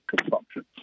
consumption